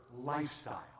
lifestyle